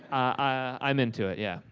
i'm into it, yeah.